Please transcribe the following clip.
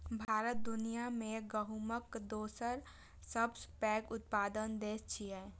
भारत दुनिया मे गहूमक दोसर सबसं पैघ उत्पादक देश छियै